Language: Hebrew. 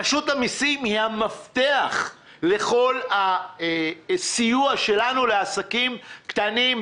רשות המסים היא המפתח לסיוע שלנו לעסקים קטנים,